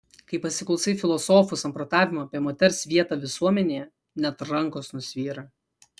kai pasiklausai filosofų samprotavimų apie moters vietą visuomenėje net rankos nusvyra